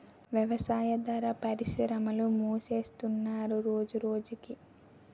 వ్యవసాయాదార పరిశ్రమలు మూసేస్తున్నరు రోజురోజకి